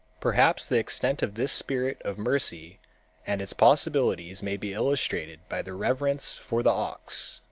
perhaps the extent of this spirit, of mercy and its possibilities may be illustrated by the reverence for the ox.